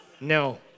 No